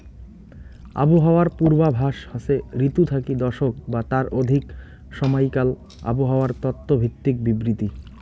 আবহাওয়ার পূর্বাভাস হসে ঋতু থাকি দশক বা তার অধিক সমাইকাল আবহাওয়ার তত্ত্ব ভিত্তিক বিবৃতি